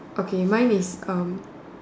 okay mine is um